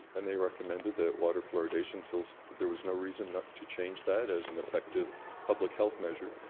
and they recommended that water fluoridation so so there was no reason to change that as an effective public health measure.